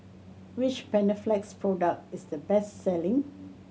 which Panaflex product is the best selling